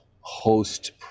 host